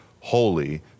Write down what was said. holy